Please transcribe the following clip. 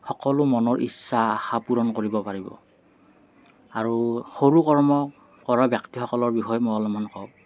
সকলো মনৰ ইচ্ছা আশা পূৰণ কৰিব পাৰিব আৰু সৰু কৰ্ম কৰা ব্যক্তিসকলৰ বিষয়ে মই অলপমান কওঁ